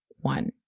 one